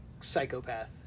psychopath